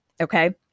okay